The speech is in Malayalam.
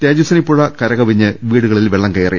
തേജസ്വിനി പുഴ കരകവിഞ്ഞ് വീടുകളിൽ വെള്ളം കയറി